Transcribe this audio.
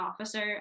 officer